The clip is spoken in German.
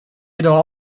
jedoch